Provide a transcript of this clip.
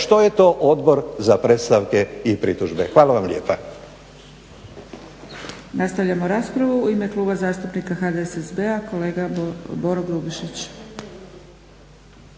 što je to Odbor za predstavke i pritužbe. Hvala vam lijepa.